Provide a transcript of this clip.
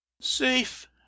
safe